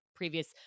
previous